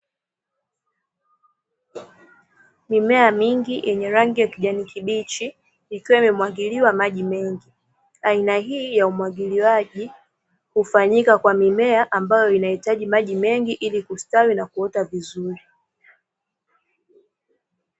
Mimea mingi yenye rangi ya kijani kibichi ikiwa imemwagiliwa maji mengi, aina hii ya umwagiliaji hufanyika kwa mimea ambayo inahitaji maji mengi ili kustawi na kuota vizuri.